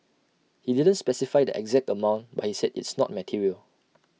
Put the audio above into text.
he didn't specify the exact amount but he said it's not material